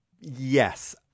Yes